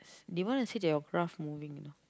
they want to see that your graph moving you know